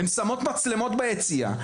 הן שמות מצלמות ביציע,